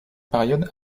période